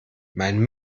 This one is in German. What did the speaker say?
mein